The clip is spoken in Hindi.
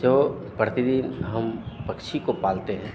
जो प्रति दिन हम पक्षी को पालते हैं